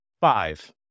five